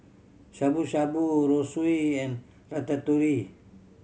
Shabu Shabu Zosui and Ratatouille